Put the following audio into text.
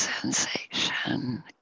sensation